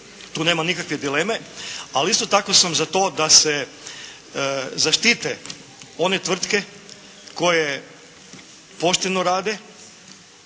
tu nema nikakve dileme. Ali isto tako sam za to da se zaštite one tvrtke koje pošteno rade,